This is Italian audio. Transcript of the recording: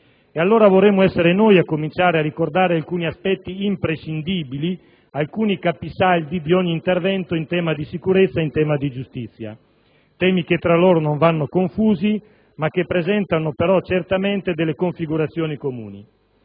E allora vorremmo essere noi a cominciare a ricordare alcuni aspetti imprescindibili, alcuni capisaldi di ogni intervento in tema di sicurezza e in tema di giustizia, temi che tra loro non vanno confusi, ma che presentano certamente configurazioni comuni.